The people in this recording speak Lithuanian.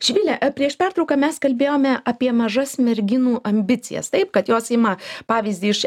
živile prieš pertrauką mes kalbėjome apie mažas merginų ambicijas taip kad jos ima pavyzdį iš